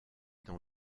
dans